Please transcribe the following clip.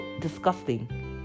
disgusting